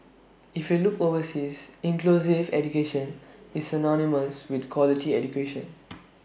if you look overseas inclusive education is synonymous with quality education